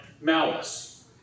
malice